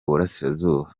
burasirazuba